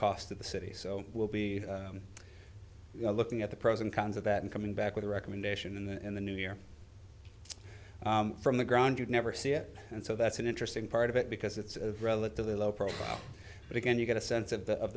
cost of the city so we'll be looking at the pros and cons of that and coming back with a recommendation and the new year from the ground you'd never see it and so that's an interesting part of it because it's relatively low profile but again you get a sense of the of